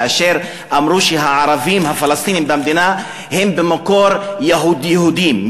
כאשר אמרו שהערבים הפלסטינים במדינה הם במקור יהודים,